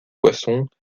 poissons